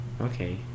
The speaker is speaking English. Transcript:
Okay